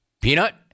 Peanut